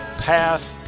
path